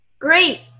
Great